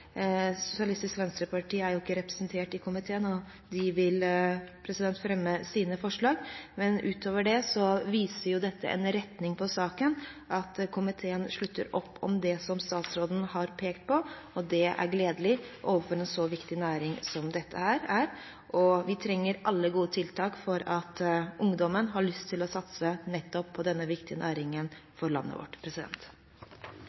er ikke representert i komiteen, og de vil fremme sine forslag, men utover det viser dette en retning på saken: Komiteen slutter opp om det som statsråden har pekt på, og det er gledelig overfor en så viktig næring som dette er. Vi trenger alle gode tiltak for at ungdommen skal ha lyst til å satse på nettopp denne viktige